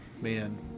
Man